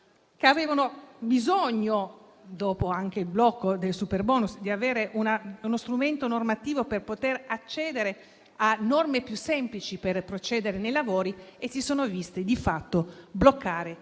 avevano bisogno, anche dopo il blocco del superbonus, di avere uno strumento normativo per poter accedere a norme più semplici per procedere nei lavori, ma si sono viste di fatto bloccare